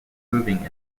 moving